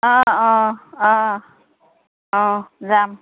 অঁ অঁ অঁ অঁ যাম